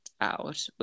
out